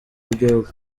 rw’igihugu